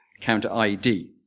counter-IED